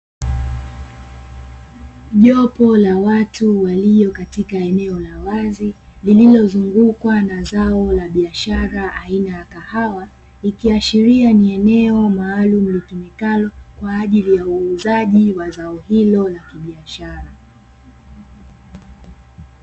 Jopo la watu walio katika eneo la wazi lililozungukwa na zao la biashara aina ya kahawa, ikiashiria ni eneo maalumu litumikalo kwa ajili ya uuzaji wa zao hilo la biashara.